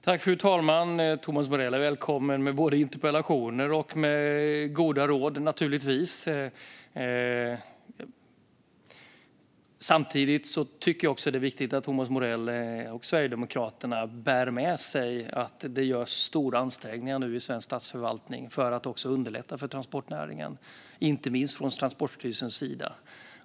Fru talman! Thomas Morell är naturligtvis välkommen med både interpellationer och goda råd. Samtidigt är det viktigt att Thomas Morell och Sverigedemokraterna bär med sig att det nu görs stora ansträngningar i svensk statsförvaltning för att underlätta för transportnäringen, inte minst från Transportstyrelsens sida.